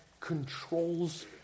controls